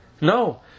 No